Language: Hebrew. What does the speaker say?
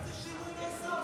איזה שינוי נעשה בה?